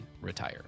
Retire